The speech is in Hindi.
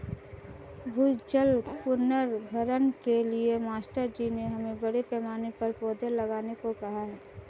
भूजल पुनर्भरण के लिए मास्टर जी ने हमें बड़े पैमाने पर पौधे लगाने को कहा है